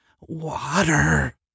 Water